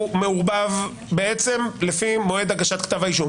מעורבב בעצם לפי מועד הגשת כתב האישום.